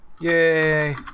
Yay